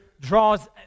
draws